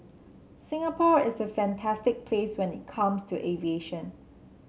Singapore is a fantastic place when it comes to aviation